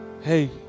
Hey